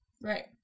Right